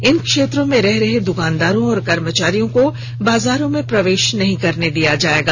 इन क्षेत्रों में रह रहे दुकानदारों और कर्मचारियों को बाजारों में प्रवेश नहीं करने दिया जाएगा